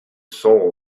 soul